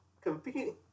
competing